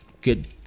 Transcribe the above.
good